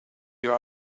you